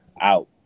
out